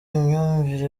imyumvire